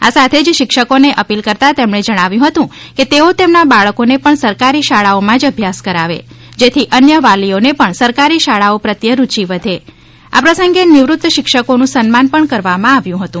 આ સાથે જ શિક્ષકોને અપીલ કરતા જણાવ્યું હતું કે તેઓ તેમના બાળકોને પણ સરકારી શાળાઓમાં જ અભ્યાસ કરાવે જેથી અન્ય વાલીઓને પણ સરકારી શાળાઓ પ્રત્યે રૂચિ વધે આ પ્રસંગે નિવૃત્ત શિક્ષકોનું સન્માન પણ કરવામાં આવ્યું હતું